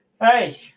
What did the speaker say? Hey